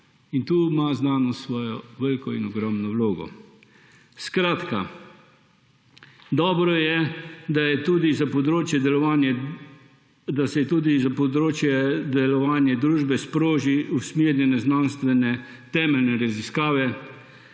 in tu ima znanost svojo veliko in ogromno vlogo. Skratka, dobro je, da se tudi za področje delovanja družbe sproži usmerjene znanstvene temeljne raziskave,